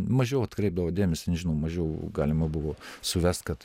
mažiau atkreipdavo dėmesį nežinau mažiau galima buvo suvesti kad